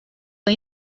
این